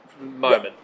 moment